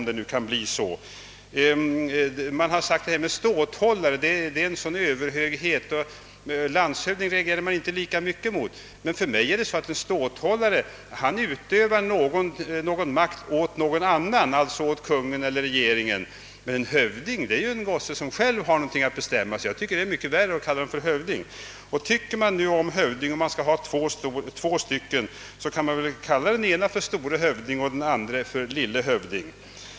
Det har sagts att titeln ståthållare uttrycker en alldeles särskild överhöghet och att man inte reagerar lika starkt mot titeln landshövding. För mig framstår ståthållare som en person som utövar makt för någon annans räkning — Kungl. Maj:t eller regeringen — medan en hövding är en man som själv har något att bestämma. Enligt min mening är det värre att kalla någon för hövding. Men om man nu tycker om ordet hövding och skall ha två stycken, kan man väl kalla den ene för »store hövding» och den andre för »lille hövding».